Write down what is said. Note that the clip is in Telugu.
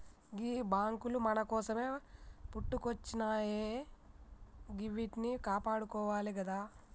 గీ బాంకులు మన కోసమే పుట్టుకొచ్జినయాయె గివ్విట్నీ కాపాడుకోవాలె గదా